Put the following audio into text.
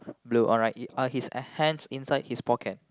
blue alright you are his hands inside his pocket